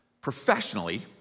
Professionally